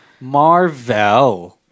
Marvel